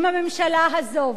אם הממשלה הזו,